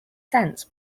sense